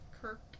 Kirk